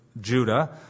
Judah